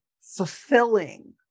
fulfilling